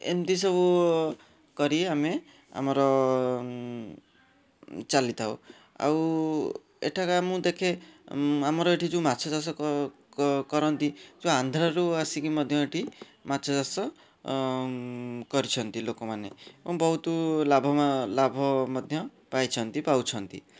ଏମିତି ସବୁ କରି ଆମେ ଆମର ଚାଲିଥାଉ ଆଉ ଏଠାକା ମୁଁ ଦେଖେ ଆମର ଏଠି ଯେଉଁ ମାଛ ଚାଷ କରନ୍ତି ଯେଉଁ ଆନ୍ଧ୍ରାରୁ ଆସିକି ମଧ୍ୟ ଏଠି ମାଛ ଚାଷ କରିଛନ୍ତି ଲୋକମାନେ ଏବଂ ବହୁତ ଲାଭବା ଲାଭ ମଧ୍ୟ ପାଇଛନ୍ତି ପାଉଛନ୍ତି